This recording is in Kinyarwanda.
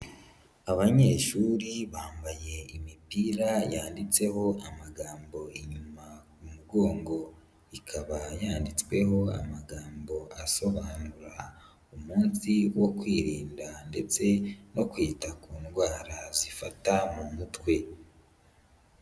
Abanyeshuri bambaye imipira yanditseho amagambo inyuma umugongo. Ikaba yanditsweho amagambo asobanura umunsi wo kwirinda ndetse no kwita ku ndwara zifata mu mutwe.